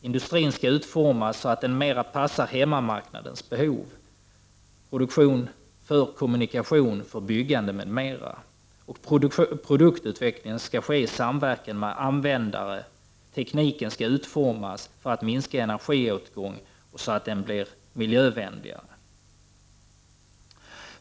Industrin skall utformas så att den mer passar hemmamarknadens behov — produktion för kommunikationer och byggande m.m. Produktutvecklingen skall ske i samverkan med användare, och tekniken skall utformas så att energiåtgången minskas och tekniken blir miljövänligare.